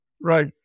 Right